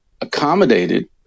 accommodated